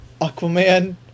Aquaman